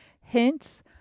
hence